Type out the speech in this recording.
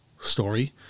story